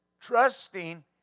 Trusting